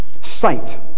sight